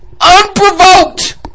unprovoked